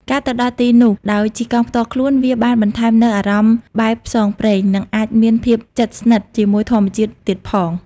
ការទៅដល់ទីនោះដោយជិះកង់ផ្ទាល់ខ្លួនវាបានបន្ថែមនូវអារម្មណ៍បែបផ្សងព្រេង និងអាចមានភាពជិតស្និទ្ធជាមួយធម្មជាតិទៀតផង។